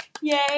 yay